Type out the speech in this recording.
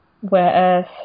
Whereas